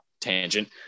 tangent